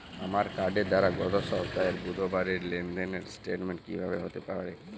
আমার কার্ডের দ্বারা গত সপ্তাহের বুধবারের লেনদেনের স্টেটমেন্ট কীভাবে হাতে পাব?